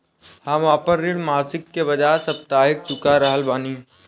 हम आपन ऋण मासिक के बजाय साप्ताहिक चुका रहल बानी